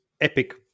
epic